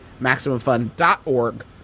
MaximumFun.org